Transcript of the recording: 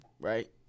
right